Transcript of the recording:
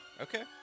Okay